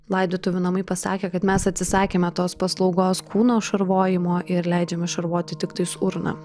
laidotuvių namai pasakė kad mes atsisakėme tos paslaugos kūno šarvojimo ir leidžiame šarvoti tiktais urną